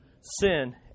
sin